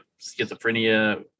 schizophrenia